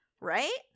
right